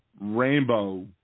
rainbow